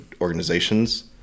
organizations